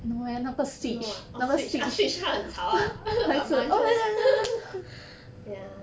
no ah orh speech ah speech 他很吵 ah but mon~ ya